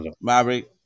Maverick